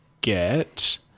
get